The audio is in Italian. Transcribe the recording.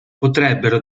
potrebbero